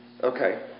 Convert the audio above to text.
Okay